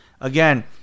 Again